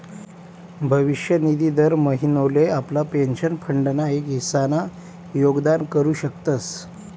भविष्य निधी दर महिनोले आपला पेंशन फंड ना एक हिस्सा ना योगदान करू शकतस